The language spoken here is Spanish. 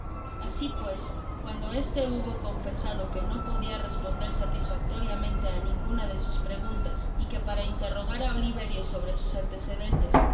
asi pues cuando este hubo confesado que no podia responder satisfactoriamente á ninguna de sus preguntas y que para interrogar á oliverio sobre sus antecedentes